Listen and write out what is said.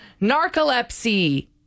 Narcolepsy